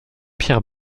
pierre